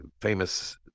famous